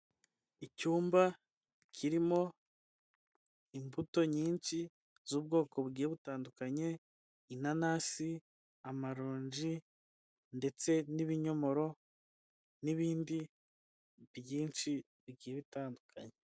Icyumba kirimo imbuto nyinshi z'ubwoko bugiye butandukanye inanasi, amalonji, ndetse n'ibinyomoro n'ibindi byinshi bigiye bitandukanye.